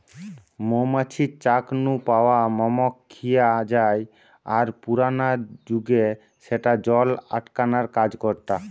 মৌ মাছির চাক নু পাওয়া মম খিয়া জায় আর পুরানা জুগে স্যাটা জল আটকানার কাজ করতা